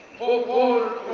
voivode.